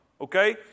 okay